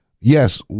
yes